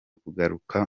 kugaruka